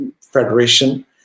federation